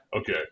Okay